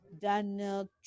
Daniel